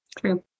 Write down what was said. True